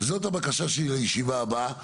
זאת הבקשה שלי לישיבה הבאה,